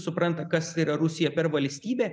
supranta kas yra rusija per valstybė